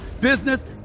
business